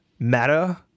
matter